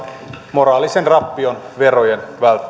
moraalisen rappion verojen